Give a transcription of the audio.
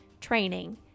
training